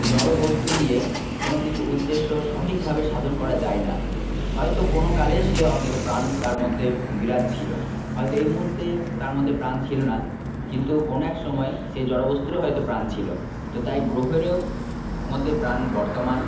জড় বস্তু দিয়ে কোনো কিছু উদ্দেশ্য সঠিকভাবে সাধন করা যায় না হয়তো কোনো কালে সে অন্তত প্রাণ তার মধ্যে বিরাজ ছিল হয়তো এই মুহূর্তে তার মধ্যে প্রাণ ছিল না কিন্তু কোনো এক সময় সেই জড় বস্তুরও হয়তো প্রাণ ছিল তো তাই গ্রহেরও মধ্যে প্রাণ বর্তমান